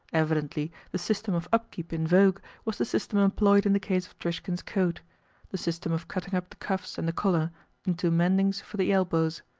evidently the system of upkeep in vogue was the system employed in the case of trishkin's coat the system of cutting up the cuffs and the collar into mendings for the elbows.